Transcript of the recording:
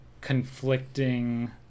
conflicting